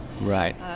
right